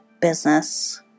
business